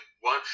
one